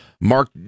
mark